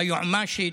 ביועמ"שית,